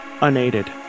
unaided